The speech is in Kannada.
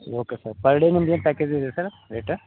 ಓಕೆ ಸರ್ ಪರ್ ಡೇ ನಿಮ್ದು ಏನು ಪ್ಯಾಕೇಜಿದೆ ಸರ್ ರೇಟ